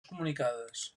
comunicades